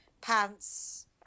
pants